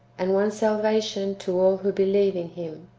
and one salvation to all who believe in him.